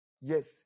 Yes